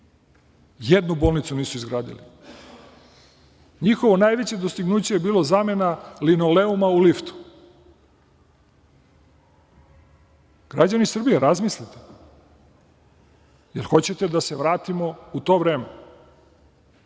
Jednu bolnicu nisu izgradili. Njihovo najveće dostignuće je bilo zamena linoleuma u liftu. Građani Srbije razmislite, jel hoćete da se vratimo u to vreme?